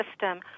system